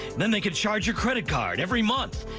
then they could charge your credit card every month.